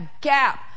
gap